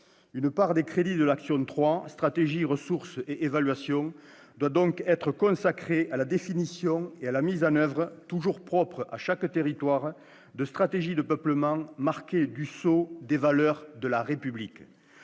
Une part des crédits de l'action n° 03, Stratégie, ressources et évaluation, doit donc être consacrée à la définition et à la mise en oeuvre, toujours propre à chaque territoire, de stratégies de peuplement marquées du sceau des valeurs de la République.